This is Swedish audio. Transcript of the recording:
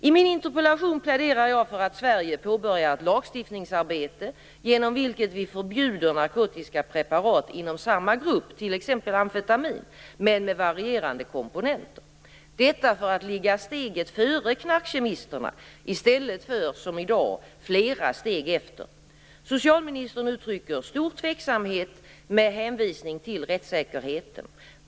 I min interpellation pläderar jag för att Sverige påbörjar ett lagstiftningsarbete genom vilket vi förbjuder narkotiska preparat inom samma grupp, t.ex. amfetamin, men med varierande komponenter - detta för att ligga steget före knarkkemisterna i stället för som i dag flera steg efter. Socialministern uttrycker stor tveksamhet med hänvisning till rättssäkerheten.